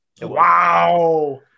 Wow